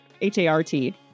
H-A-R-T